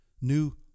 new